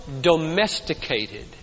domesticated